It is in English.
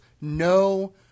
No